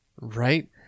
Right